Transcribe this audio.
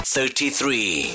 Thirty-three